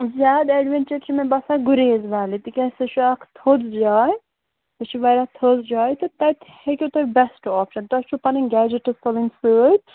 زیادٕ ایڈوینٛچَر چھِ مےٚ باسان گُریز ویلی تِکیٛازِ سُہ چھِ اَکھ تھوٚد جاے سُہ چھِ واریاہ تھٔز جاے تہٕ تَتہِ ہیٚکِو تُہۍ بیسٹہٕ اوپشَن تۄہہِ چھُو پَنٕنۍ گیجیٹٕس تُلٕنۍ سۭتۍ